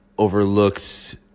overlooked